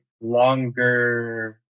longer